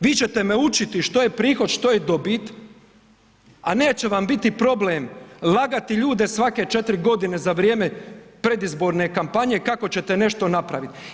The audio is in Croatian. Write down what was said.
Vi ćete me učiti što je prihod, što je dobit, a neće vam biti problem lagati ljude svake 4 godine za vrijeme predizborne kampanje kako ćete nešto napraviti.